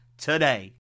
today